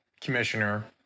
commissioner